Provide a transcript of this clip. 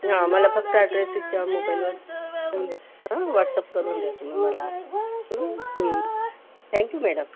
हा मला फक्त ऍड्रेस हिच्या मोबाईलवर व्हॉट्सॲप करून द्या तुम्ही मला थँक्यू मॅडम